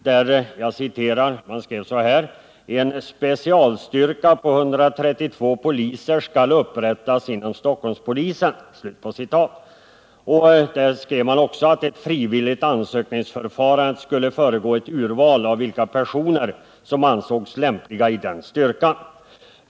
”En specialstyrka på 132 poliser för att ta hand om terrordåd skall upprättas inom Stockholmspolisens nuvarande organisation.” Man skrev också att ett frivilligt ansökningsförfarande skulle föregå ett urval av vilka personer som ansågs lämpliga i den styrkan.